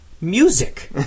Music